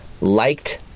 liked